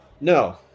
no